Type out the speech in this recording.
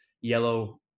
yellow